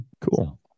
Cool